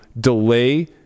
delay